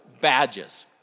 badges